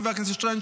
חבר הכנסת שטרן,